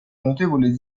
notevole